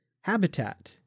habitat